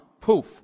Poof